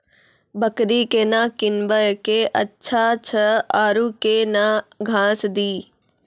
बकरी केना कीनब केअचछ छ औरू के न घास दी?